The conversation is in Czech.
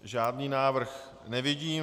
Žádný návrh nevidím.